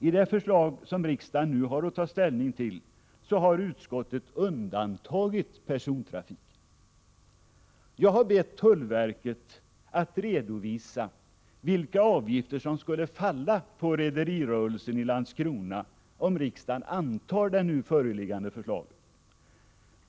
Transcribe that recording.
I det förslag som riksdagen nu har att ta ställning till har utskottet undantagit persontrafiken. Jag har bett tullverket att redovisa vilka avgifter som skulle falla på rederirörelsen i Landskrona om riksdagen antar det nu föreliggande förslaget.